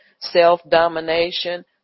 self-domination